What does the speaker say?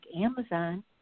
Amazon